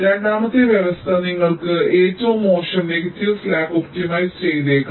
രണ്ടാമത്തെ വ്യവസ്ഥ നിങ്ങൾ ഏറ്റവും മോശം നെഗറ്റീവ് സ്ലാക്ക് ഒപ്റ്റിമൈസ് ചെയ്തേക്കാം